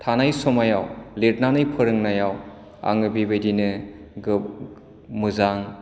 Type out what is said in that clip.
थानाय समाव लिरनानै फोरोंनायाव आङो बिबादिनो मोजां